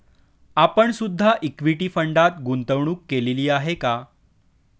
आपण सुद्धा इक्विटी फंडात गुंतवणूक केलेली आहे का?